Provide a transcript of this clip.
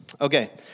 Okay